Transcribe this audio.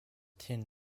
tin